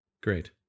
Great